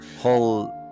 whole